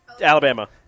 Alabama